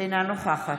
אינה נוכחת